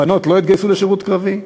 ובנות לא התגייסו לשירות קרבי.